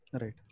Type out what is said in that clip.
Right